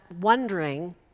wondering